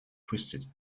twisted